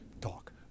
talk